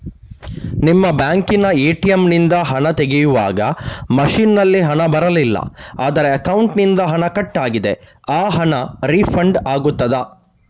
ನಿಮ್ಮ ಬ್ಯಾಂಕಿನ ಎ.ಟಿ.ಎಂ ನಿಂದ ಹಣ ತೆಗೆಯುವಾಗ ಮಷೀನ್ ನಲ್ಲಿ ಹಣ ಬರಲಿಲ್ಲ ಆದರೆ ಅಕೌಂಟಿನಿಂದ ಹಣ ಕಟ್ ಆಗಿದೆ ಆ ಹಣ ರೀಫಂಡ್ ಆಗುತ್ತದಾ?